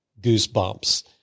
goosebumps